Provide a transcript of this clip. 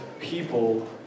people